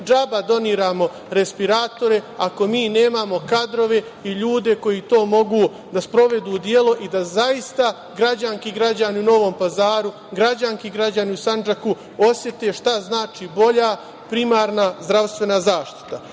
džaba doniramo respiratore ako mi nemamo kadrove i ljude koji to mogu da sprovedu u delu i da zaista građanke i građani u Novom Pazaru, kao i građani i građanke u Sandžaku osete šta znači bolja primarna zdravstvena zaštita. Presudan